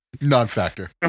Non-factor